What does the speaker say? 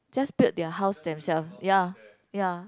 just built their house themselves ya ya